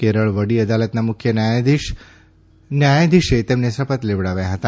કેરળ વડી અદાલતના મુખ્ય ન્યાયધીશો તેમનેશપથ લેવડાવ્યા હતા